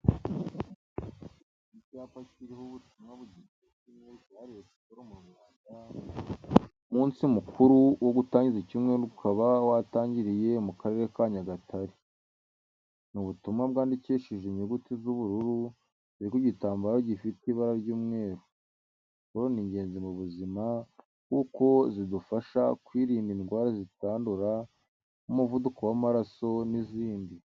Ni icyapa kiriho ubutumwa bugenewe icyumweru cyahariwe siporo mu Rwanda, umunsi mukuru wo gutangiza icyumweru ukaba watangiriye mu karere ka Nyagatare. Ni ubutumwa bwandikishije inyuguti z'ubururu ziri ku gitambaro gifite ibara ry'umweru. Siporo ni ingenzi mu buzima kuko zidufasha kwirinda indwara zitandura nk'umuvuduko w'amaraso n'izindi.